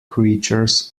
creatures